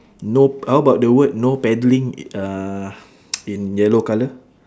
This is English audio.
no p~ how about the word no paddling in uh in yellow colour